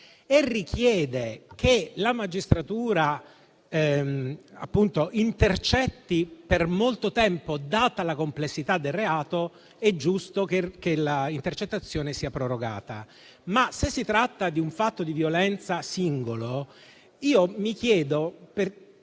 e richiede che la magistratura intercetti per molto tempo, data la complessità del reato, è giusto che l'intercettazione sia prorogata, ma se si tratta di un fatto di violenza singolo, mi chiedo